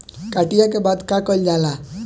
कटिया के बाद का कइल जाला?